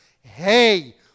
Hey